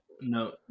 No